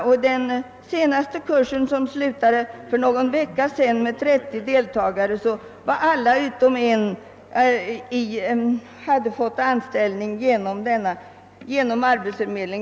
Efter avslutandet för någon vecka sedan av den senaste kursen med 30 deltagare har alla utom en fått anställning genom kurscentralen.